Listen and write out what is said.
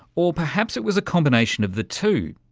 or perhaps it was a combination of the two.